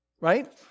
right